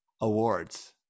awards